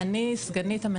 אני סגנית המנהלת.